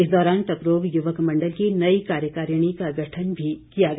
इस दौरान टपरोग युवक मंडल की नई कार्यकारिणी का गठन भी किया गया